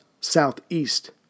southeast